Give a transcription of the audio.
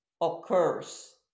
occurs